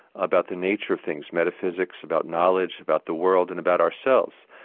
about the nature of things. metaphysics, about knowledge, about the world and about ourselves.